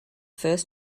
first